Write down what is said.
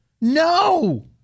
No